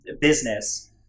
business